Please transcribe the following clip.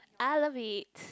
I love it